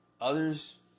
Others